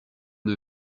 une